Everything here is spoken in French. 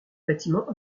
bâtiment